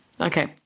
Okay